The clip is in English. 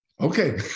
Okay